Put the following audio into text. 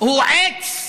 הוא עץ מלבב,